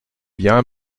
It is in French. bien